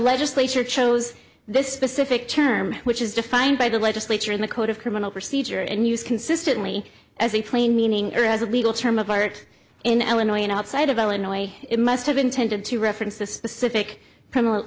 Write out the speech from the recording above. legislature chose this specific term which is defined by the legislature and the court of criminal procedure and used consistently as a plain meaning or as a legal term of art in illinois and outside of illinois it must have intended to reference a specific criminal